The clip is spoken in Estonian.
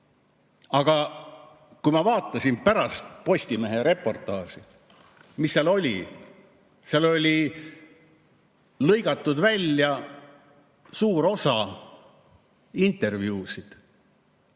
Aga kui ma vaatasin pärast Postimehe reportaaži, siis mis seal oli? Oli lõigatud välja suur osa intervjuusid.